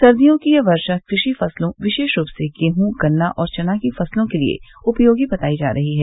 सर्दियों की यह वर्षा कृषि फसलों विशेष रूप से गेह गन्ना और चना की फसलों लिए उपयोगी बताई जा रही है